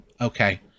Okay